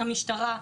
המשטרה?